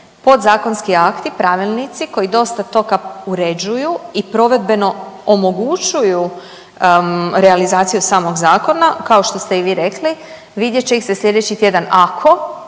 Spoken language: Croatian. Podzakonski akti, pravilnici koji dosta toga uređuju i provedbeno omogućuju realizaciju samog zakona, kao što ste i vi rekli, vidjet će ih se sljedeći tjedan, ako